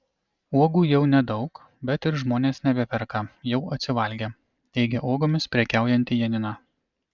uogų jau nedaug bet ir žmonės nebeperka jau atsivalgė teigė uogomis prekiaujanti janina